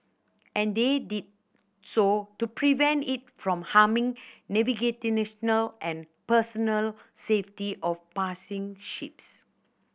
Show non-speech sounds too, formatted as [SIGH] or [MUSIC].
and they did so to prevent it from harming [UNINTELLIGIBLE] and personnel safety of passing ships